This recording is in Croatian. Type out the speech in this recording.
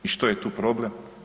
I što je tu problem?